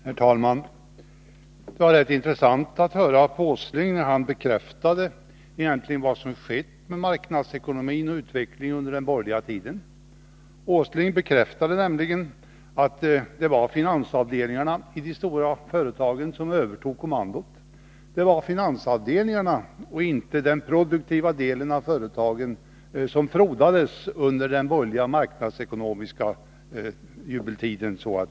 Herr talman! Det var rätt intressant att lyssna till herr Åsling när han bekräftade vad som egentligen har skett med marknadsekonomin och utvecklingen under den borgerliga tiden. Nils Åsling bekräftade nämligen att det var finansavdelningarna i de stora företagen som övertog kommandot — det var finansavdelningarna och inte de produktiva avdelningarna i företagen som frodades under den borgerliga marknadsekonomins jubeltid!